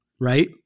right